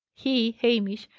he, hamish,